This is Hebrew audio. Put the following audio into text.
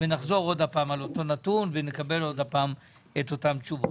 ונחזור עוד פעם על אותו נתון ונקבל עוד פעם את אותן תשובות.